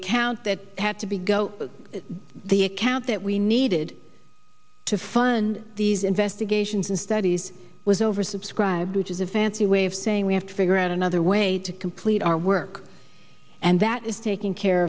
account that had to be go to the account that we needed to fund these investigations and studies was oversubscribed which is a fancy way of saying we have to figure out another way to complete our work and that is taking care